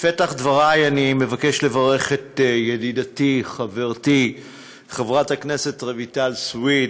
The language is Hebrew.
בפתח דברי אני מבקש לברך את ידידתי חברתי חברת הכנסת רויטל סויד